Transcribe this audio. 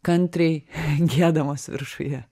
kantriai giedamos viršuje